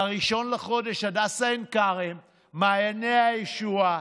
ב-1 בחודש הדסה עין כרם, מעייני הישועה,